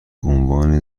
عنوان